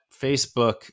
Facebook